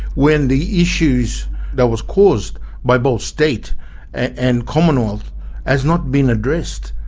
when the issues that was caused by both state and commonwealth has not been addressed.